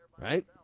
Right